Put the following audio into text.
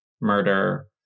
murder